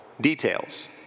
details